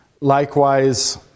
Likewise